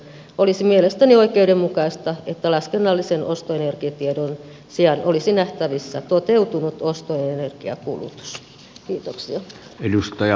olisi mielestäni oikeudenmukaista että laskennallisen ostoenergiatiedon sijaan olisi nähtävissä toteutunut ostoenergiakulutus